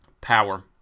Power